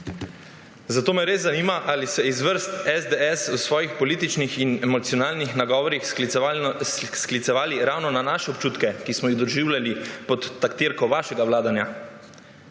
Zato me res zanima, ali ste se iz vrst SDS v svojih političnih in emocionalnih nagovorih sklicevali ravno na naše občutke, ki smo jih doživljali pod taktirko vašega vladanja.